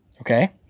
Okay